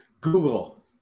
Google